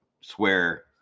swear